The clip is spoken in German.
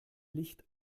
licht